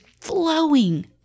flowing